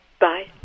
Bye